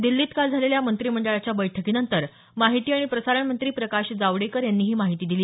दिल्लीत काल झालेल्या मंत्रिमंडळाच्या बैठकीनंतर माहिती आणि प्रसारण मंत्री प्रकाश जावडेकर यांनी ही माहिती दिली